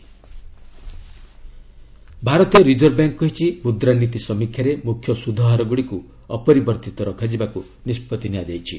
RBI ଭାରତୀୟ reserve bank କହିଛି ମୁଦ୍ରାନୀତି ସମୀକ୍ଷାରେ ମୁଖ୍ୟ ସୁଧହାର ଗୁଡ଼ିକୁ ଅପରିବର୍ତ୍ତିତ ରଖାଯିବାକୁ ନିଷ୍ପଭି ନିଆଯାଇଛି